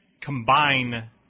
combine